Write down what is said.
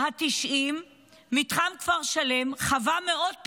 התשעים מתחם כפר שלם חווה מאות פינויים,